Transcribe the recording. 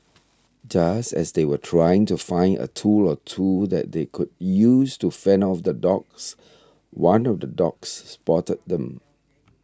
just as they were trying to find a tool or two that they could use to fend off the dogs one of the dogs spotted them